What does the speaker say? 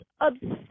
obsessed